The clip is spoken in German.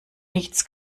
nichts